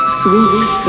swoops